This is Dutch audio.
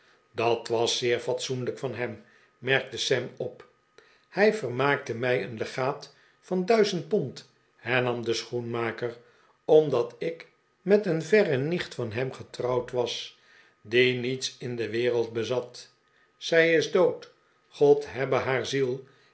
dat was zeer fatsoenlijk van hem merkte sam dp hij vermaakte mij een legaat van duizend pond hernam de schoenmaker omdat ik met een verre nicht van hem getrouwd was die niets in de wereld bezat zij is dood god hebbe haar ziel